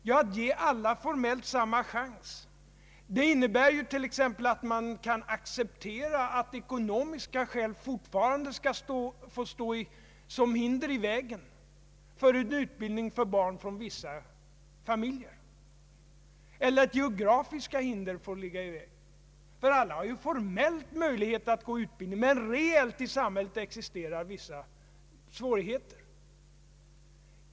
Om vi skulle nöja oss med ett utbildningssystem som formellt ger alla samma chans skulle det innebära att vi skulle acceptera att ekonomiska förhållanden eller geografiska hinder skulle kunna stå i vägen för barn från vissa familjer att få den utbildning som de kanske önskar. Formellt har ju alla nu möjlighet att erhålla utbildning. Men reellt existerar i samhället vissa svårigheter.